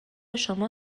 شما